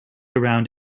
around